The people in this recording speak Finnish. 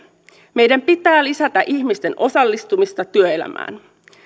meidän pitää lisätä ihmisten osallistumista työelämään